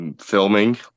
filming